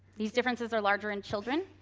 these differences are larger in children,